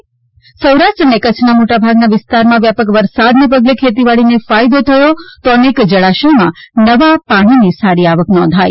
ઃ સૌરાષ્ટ્ર અને કચ્છના મોટાભાગના વિસ્તારમાં વ્યાપક વરસાદને પગલે ખેતીવાડીને ફાયદો થયો તો અનેક જળાશયમાં નવા પાણીની સારી આવક નોંધાઈ